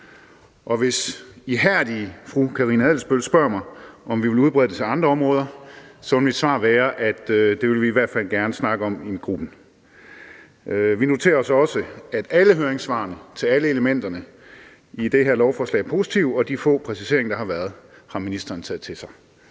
Karina Adsbøl spørger mig, om vi vil udbrede det til andre områder, vil mit svar være, at det vil vi i hvert fald gerne snakke om i gruppen. Vi noterer os også, at alle høringssvarene til alle elementerne i det her lovforslag er positive, og at de få præciseringer, der har været, har ministeren taget til sig.